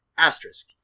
Asterisk